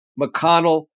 McConnell